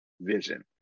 vision